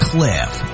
Cliff